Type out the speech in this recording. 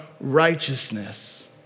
righteousness